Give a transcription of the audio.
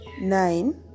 nine